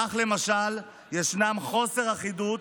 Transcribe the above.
כך למשל יש חוסר אחידות